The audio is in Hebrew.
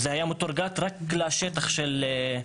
זה היה מטורגט רק לשטח של ישראל.